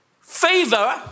favor